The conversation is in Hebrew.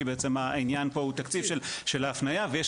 כי בעצם העניין פה הוא תקציב של ההפניה ויש